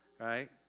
right